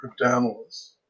cryptanalysts